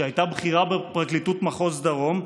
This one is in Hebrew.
שהייתה בכירה בפרקליטות מחוז דרום?